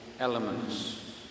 elements